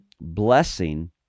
blessing